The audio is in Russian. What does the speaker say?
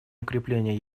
укрепление